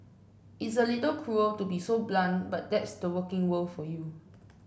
it's a little cruel to be so blunt but that's the working world for you